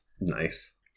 Nice